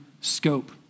scope